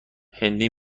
هندی